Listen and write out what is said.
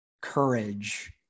courage